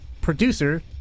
Producer